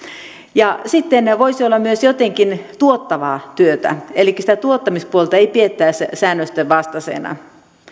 sitten voisi olla myös jotenkin tuottavaa työtä elikkä sitä tuottamispuolta ei pidettäisi säännösten vastaisena